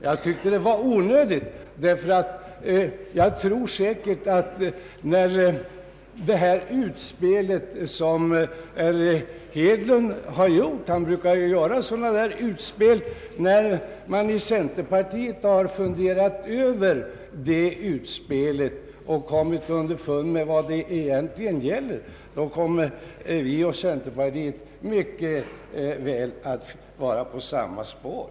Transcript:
Jag tyckte att det var onödigt att göra detta, ty jag tror säkert att folkpartiet och centerpartiet, när man inom centerpartiet har funderat över det utspel som herr Hedlund här har gjort — han brukar göra sådana utspel — och kommit underfund med vad det egentligen gäller, mycket väl kommer att vara på samma spår.